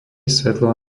svetlo